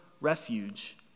refuge